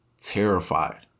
terrified